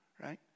Right